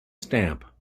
stamp